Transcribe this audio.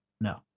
No